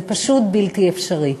זה פשוט בלתי אפשרי.